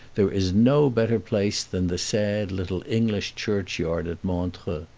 there is no better place than the sad little english church-yard at montreux.